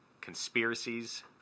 conspiracies